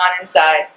inside